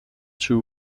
two